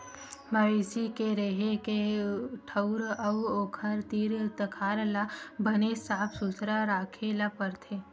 मवेशी के रेहे के ठउर अउ ओखर तीर तखार ल बने साफ सुथरा राखे ल परथे